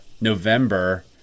November